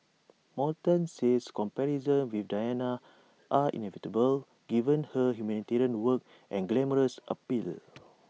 Morton says comparisons with Diana are inevitable given her humanitarian work and glamorous appeal